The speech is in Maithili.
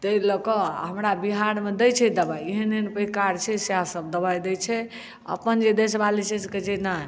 ताहि लए कऽ हमरा बिहार मे दै छै दवाइ एहन एहन पैकार छै सएह सब दवाइ दै छै अपन जे छै ने